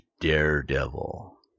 Daredevil